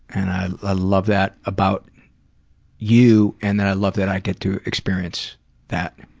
and i ah love that about you and that i love that i get to experience that.